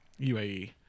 UAE